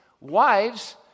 Wives